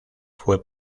fue